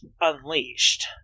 unleashed